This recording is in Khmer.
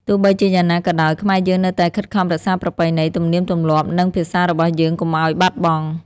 ទោះបីជាយ៉ាងណាក៏ដោយ ខ្មែរយើងនៅតែខិតខំរក្សាប្រពៃណី ទំនៀមទម្លាប់ និងភាសារបស់យើងកុំឱ្យបាត់បង់។